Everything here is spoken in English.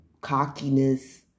cockiness